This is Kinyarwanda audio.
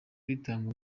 ritanga